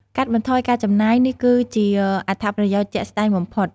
កាត់បន្ថយការចំណាយ នេះគឺជាអត្ថប្រយោជន៍ជាក់ស្តែងបំផុត។